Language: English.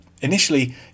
Initially